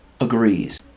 agrees